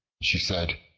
she said,